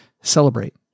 celebrate